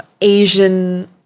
Asian